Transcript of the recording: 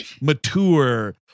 mature